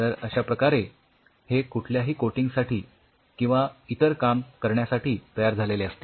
तर अश्या प्रकारे हे कुठल्याही कोटिंग साठी किंवा इतर काही काम करण्यासाठी तयार झालेले असते